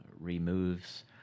removes